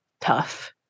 tough